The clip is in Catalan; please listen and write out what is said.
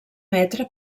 metre